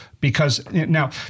because—now